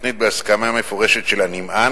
מותנית בהסכמה מפורשת של הנמען,